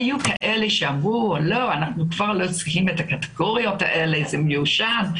היו כאלה שאמרו שהם לא צריכים את הקטגוריות האלה ושזה מיושן.